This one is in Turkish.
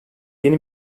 yeni